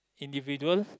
individual